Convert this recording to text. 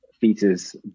features